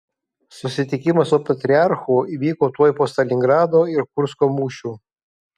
susitikimas su patriarchu įvyko tuoj po stalingrado ir kursko mūšių